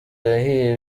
yahiye